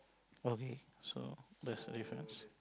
okay so that's a difference